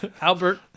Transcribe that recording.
Albert